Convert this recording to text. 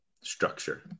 structure